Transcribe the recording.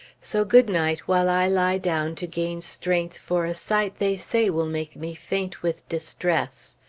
so good-night, while i lie down to gain strength for a sight they say will make me faint with distress.